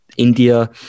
India